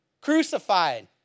crucified